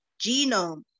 genome